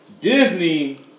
Disney